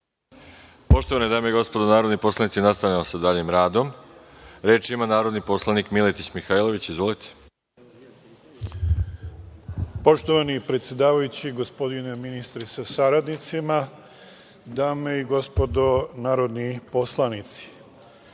Poštovane dame i gospodo narodni poslanici, nastavljamo sa daljim radom. Reč ima narodni poslanik Miletić Mihajlović. Izvolite. **Miletić Mihajlović** Poštovani predsedavajući, gospodine ministre sa saradnicima, dame i gospodo narodni poslanici,